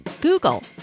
Google